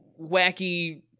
wacky